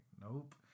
nope